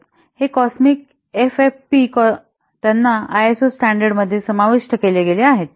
हे cosmic FFP त्यांना ISO standard मध्ये समाविष्ट केले गेले आहेत